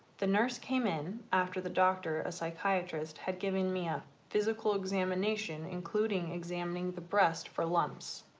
the nurse came in after the doctor a psychiatrist had given me a physical examination including examining the breast for lumps.